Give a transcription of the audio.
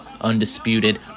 Undisputed